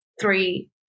three